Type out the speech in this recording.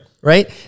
Right